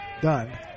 done